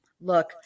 Look